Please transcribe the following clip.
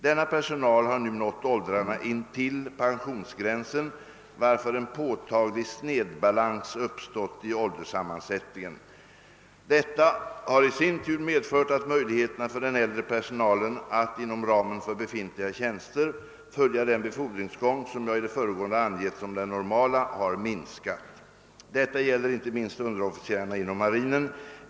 Denna personal har nu nått åldrarna intill pensionsgränsen varför en påtaglig snedbalans uppstått i ålderssammansättningen. Detta har i sin tur medfört att möjligheterna för den äldre personalen att inom ramen för befintliga tjänster följa den befordringsgång som jag i det föregående angett som den normala har minskat. Detta gäller inte minst underofficerarna inom marinen.